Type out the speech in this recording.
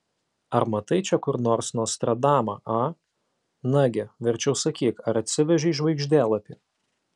ar matai čia kur nors nostradamą a nagi verčiau sakyk ar atsivežei žvaigždėlapį